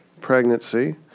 pregnancy